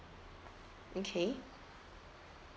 okay